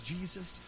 Jesus